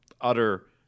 utter